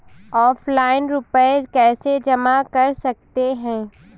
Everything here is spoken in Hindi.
ऑफलाइन रुपये कैसे जमा कर सकते हैं?